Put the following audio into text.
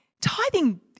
Tithing